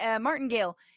Martingale